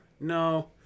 No